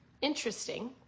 interesting